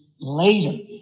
later